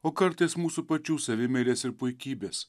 o kartais mūsų pačių savimeilės ir puikybės